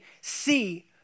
see